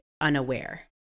unaware